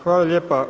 Hvala lijepa.